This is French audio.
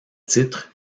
titres